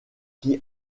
qui